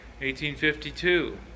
1852